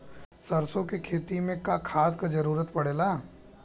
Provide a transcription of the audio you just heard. सरसो के खेती में का खाद क जरूरत पड़ेला?